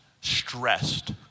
stressed